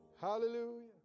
Hallelujah